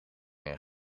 een